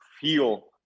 feel